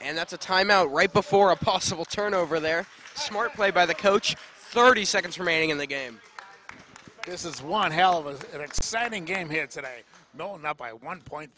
and that's a timeout right before a possible turn over their smart play by the coach thirty seconds remaining in the game this is one hell of an exciting game here today no not by one point